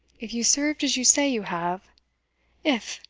if you served as you say you have if!